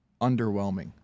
underwhelming